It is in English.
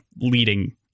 leading